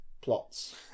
plots